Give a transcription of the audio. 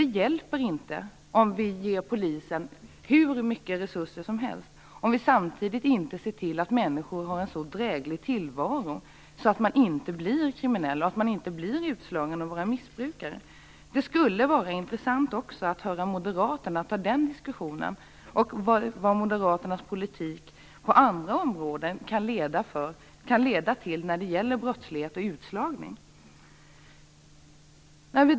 Det hjälper inte att vi ger hur mycket resurser som helst till polisen, om vi inte samtidigt ser till att människor har en så dräglig tillvaro att de inte blir kriminella, utslagna och missbrukare. Det skulle vara intressant att höra moderaterna diskutera vad moderaternas politik på andra områden kan leda till när det gäller brottslighet och utslagning.